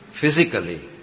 physically